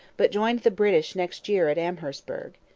but joined the british next year at amherstburg.